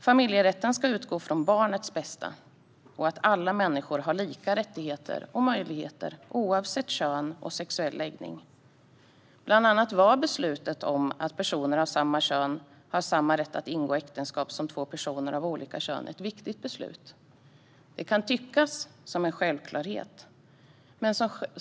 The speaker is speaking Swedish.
Familjerätten ska utgå från barnets bästa och alla människors lika rättigheter och möjligheter, oavsett kön och sexuell läggning. Bland annat var beslutet att ge personer av samma kön samma rätt att ingå äktenskap som två personer av olika kön ett viktigt beslut. Det kan tyckas vara en självklarhet.